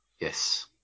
Yes